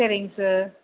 சரிங்க சார்